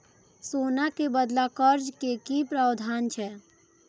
सोना के बदला कर्ज के कि प्रावधान छै?